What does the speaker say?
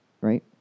Right